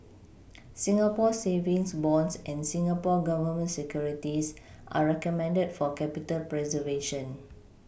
Singapore savings bonds and Singapore Government Securities are recommended for capital preservation